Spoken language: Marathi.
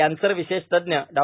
कॅन्सर विशेषज्ञ डॉ